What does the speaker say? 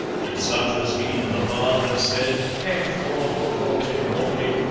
of such as he the bard has said hech thrawfu raltie rorkie!